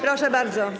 Proszę bardzo.